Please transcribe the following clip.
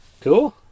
Cool